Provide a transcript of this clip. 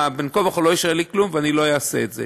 בין כה וכה לא יישאר לי כלום, אני לא אעשה את זה.